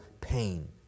pain